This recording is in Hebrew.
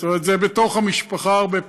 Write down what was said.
זאת אומרת, זה בתוך המשפחה הרבה פעמים,